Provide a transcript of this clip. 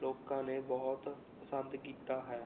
ਲੋਕਾਂ ਨੇ ਬਹੁਤ ਪਸੰਦ ਕੀਤਾ ਹੈ